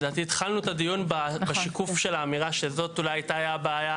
ולדעתי התחלנו את הדיון בשיקוף של האמירה שזאת אולי הייתה הבעיה,